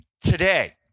Today